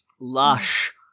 Lush